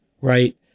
right